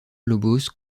lobos